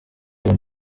uwo